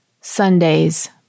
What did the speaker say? Sundays